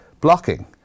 blocking